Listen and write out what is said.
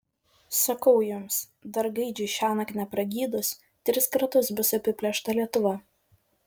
sakau jums dar gaidžiui šiąnakt nepragydus tris kartus bus apiplėšta lietuva